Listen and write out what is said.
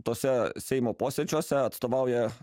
tuose seimo posėdžiuose atstovauja